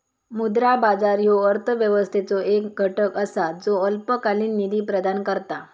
मुद्रा बाजार ह्यो अर्थव्यवस्थेचो एक घटक असा ज्यो अल्पकालीन निधी प्रदान करता